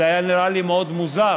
זה היה נראה לי מאוד מוזר.